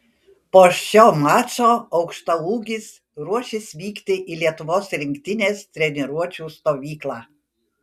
po šio mačo aukštaūgis ruošis vykti į lietuvos rinktinės treniruočių stovyklą